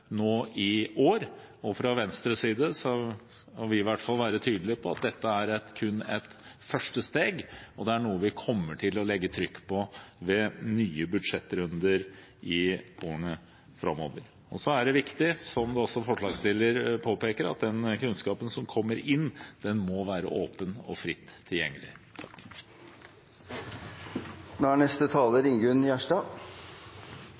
nå en liten detalj. Det er klart at med mangelen på systematikk i arbeidet med å få kunnskap om det biologiske mangfoldet i Norge trenger vi å videreføre det kunnskapsløftet som vi satte i gang – mener jeg – i budsjettet for i år. Fra Venstres side må vi i hvert fall være tydelig på at dette kun er et første steg, og det er noe vi kommer til å legge trykk på ved nye budsjettrunder i årene framover. Det